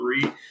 three